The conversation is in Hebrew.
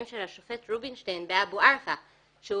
של השופט רובינשטיין בעניין אבו ערפה.